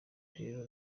rero